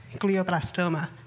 Glioblastoma